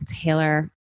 Taylor